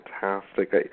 fantastic